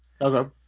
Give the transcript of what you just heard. Okay